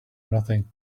nothing